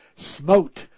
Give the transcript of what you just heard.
smote